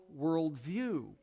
worldview